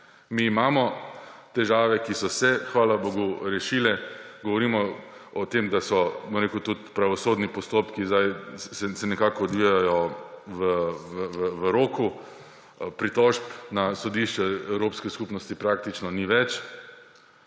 Mi imamo težave, ki so se, hvala bogu, rešile. Govorimo o tem, da se tudi pravosodni postopki zdaj odvijajo v roku. Pritožb na Sodišče Evropske unije praktično ni več.